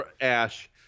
Ash